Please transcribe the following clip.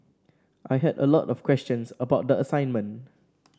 I had a lot of questions about the assignment